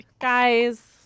guys